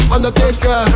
Undertaker